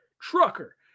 Trucker